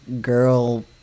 girl